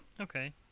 Okay